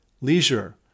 leisure